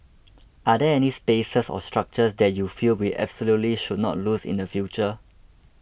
are there any spaces or structures that you feel we absolutely should not lose in the future